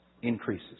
increases